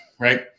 right